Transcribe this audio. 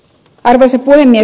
arvoisa puhemies